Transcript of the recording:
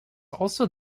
also